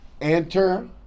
enter